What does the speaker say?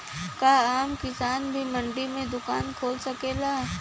का आम किसान भी मंडी में दुकान खोल सकेला?